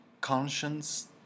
conscience